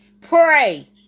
Pray